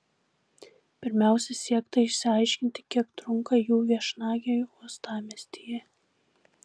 pirmiausia siekta išsiaiškinti kiek trunka jų viešnagė uostamiestyje